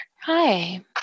Hi